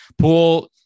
pool